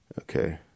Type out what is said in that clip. Okay